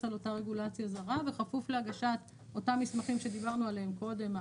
על אותה רגולציה זרה בכפוף להגשת אותם מסמכים שדיברנו עליהם קודם,